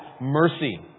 mercy